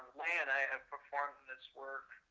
leyya and i have performed this work